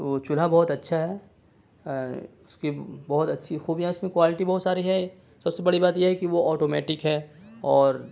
تو وہ چولہا بہت اچھا ہے اس کی بہت اچھی خوبیاں ہیں اس میں کوالٹی بہت ساری ہے سب سے بڑی بات یہ کہ وہ آٹو میٹک ہے اور